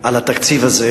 על התקציב הזה.